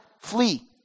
flee